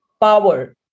power